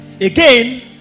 Again